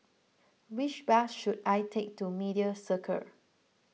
which bus should I take to Media Circle